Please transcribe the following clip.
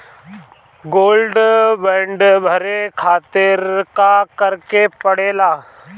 Gold bond भरे खातिर का करेके पड़ेला?